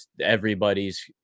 everybody's